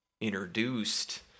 introduced